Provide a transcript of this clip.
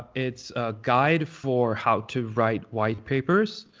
it's a guide for how to write white papers.